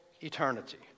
eternity